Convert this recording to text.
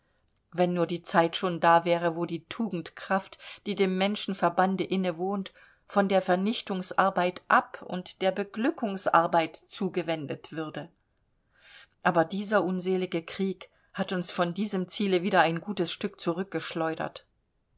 wenn nur die zeit schon da wäre wo die tugendkraft die dem menschenverbande innewohnt von der vernichtungsarbeit ab und der beglückungsarbeit zugewendet würde aber dieser unselige krieg hat uns von diesem ziele wieder ein gutes stück